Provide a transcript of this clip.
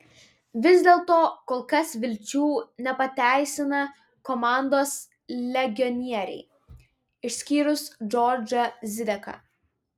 vis dėlto kol kas vilčių nepateisina komandos legionieriai išskyrus džordžą zideką